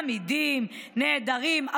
אמידים ונהדרים.